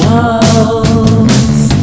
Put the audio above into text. Walls